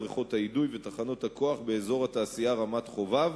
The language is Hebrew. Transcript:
בבריכות האידוי ובתחנות הכוח באזור התעשייה רמת-חובב,